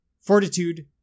fortitude